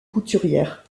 couturière